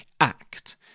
ACT